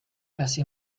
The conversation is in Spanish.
casi